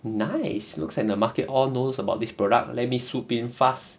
nice looks like the market all knows about this product let me swoop in fast